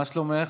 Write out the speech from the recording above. מה שלומך?